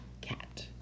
cat